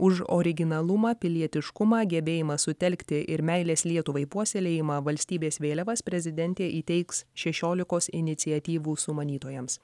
už originalumą pilietiškumą gebėjimą sutelkti ir meilės lietuvai puoselėjimą valstybės vėliavas prezidentė įteiks šešiolikos iniciatyvų sumanytojams